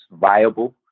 viable